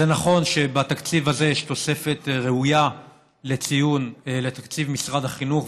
זה נכון שבתקציב הזה יש תוספת ראויה לציון לתקציב משרד החינוך,